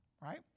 right